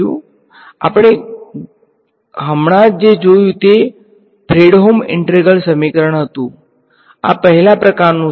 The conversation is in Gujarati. તેથી આપણે હમણાં જ જે જોયું તે ફ્રેડહોમ ઈન્ટેગ્રલ સમીકરણ હતું આ પહેલા પ્રકારનું છે